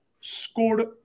scored